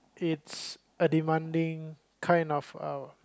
it's a demanding kind of uh